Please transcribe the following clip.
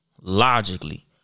logically